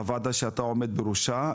הוועדה שאתה עומד בראשה.